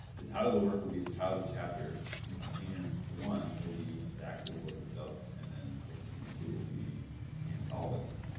the title of the work will be the title of chapter. the container one will be the actual book itself and then the container two will be anthology,